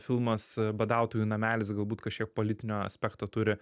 filmas badautojų namelis galbūt kažkiek politinio aspekto turi